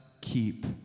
keep